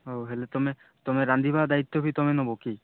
ହଉ ହେଲେ ତମେ ତମେ ରାନ୍ଧିବା ଦାୟିତ୍ଵ ବି ତମେ ନେବ କି